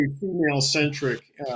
female-centric